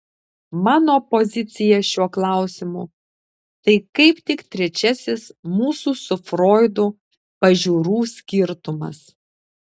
mano pozicija šiuo klausimu tai kaip tik trečiasis mūsų su froidu pažiūrų skirtumas